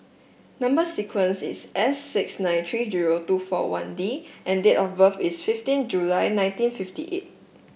number sequence is S six nine three zero two four one D and date of birth is fifteen July nineteen fifty eight